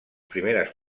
primeres